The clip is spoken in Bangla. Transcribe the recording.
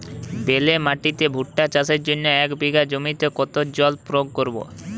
বেলে মাটিতে ভুট্টা চাষের জন্য এক বিঘা জমিতে কতো জল প্রয়োগ করব?